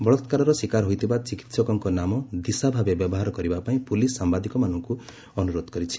ବଳାକ୍କାରର ଶିକାର ହୋଇଥିବା ଚିକିତ୍ସକଙ୍କ ନାମ ଦିଶା ଭାବେ ବ୍ୟବହାର କରିବାପାଇଁ ପୁଲିସ୍ ସାମ୍ଭାଦିକମାନଙ୍କୁ ଅନୁରୋଧ କରିଛି